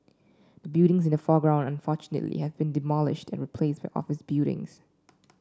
the buildings in the foreground unfortunately have been demolished and replaced by office buildings